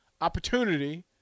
Opportunity